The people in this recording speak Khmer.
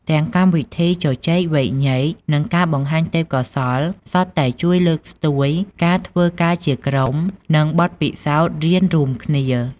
ទាំងកម្មវិធីជជែកវែកញែក និងការបង្ហាញទេពកោសល្យសុទ្ធតែជួយលើកស្ទួយការធ្វើការជាក្រុម និងបទពិសោធន៍រៀនរួមគ្នា។